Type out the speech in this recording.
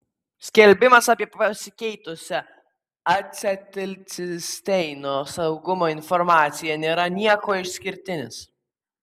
skelbimas apie pasikeitusią acetilcisteino saugumo informaciją nėra niekuo išskirtinis